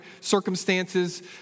circumstances